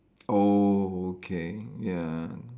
oh okay ya